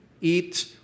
eat